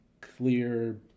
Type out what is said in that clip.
clear